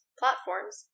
platforms